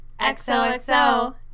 XOXO